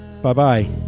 Bye-bye